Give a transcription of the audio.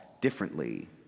differently